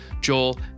Joel